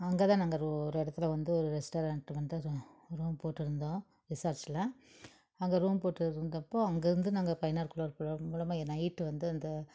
அங்கே தான் நாங்கள் ஒரு இடத்துல வந்து ஒரு ரெஸ்ட்டாரெண்ட் வந்து ரூ ரூம் போட்டுருந்தோம் ரிசார்ச்சில் அங்கே ரூம் போட்டு இருந்தப்போது அங்கேருந்து நாங்கள் பைனார்குலர் குலர் மூலமாக நைட்டு வந்து அந்த